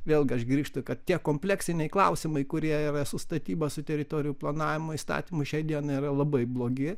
vėlgi aš grįžtu kad tie kompleksiniai klausimai kurie yra su statyba su teritorijų planavimo įstatymu šiai dienai yra labai blogi